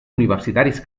universitaris